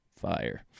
Fire